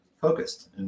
focused